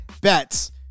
bets